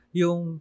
yung